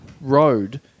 road